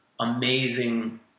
amazing